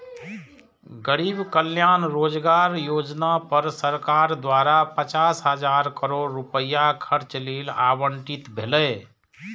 गरीब कल्याण रोजगार योजना पर सरकार द्वारा पचास हजार करोड़ रुपैया खर्च लेल आवंटित भेलै